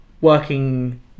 working